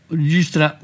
registra